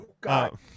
God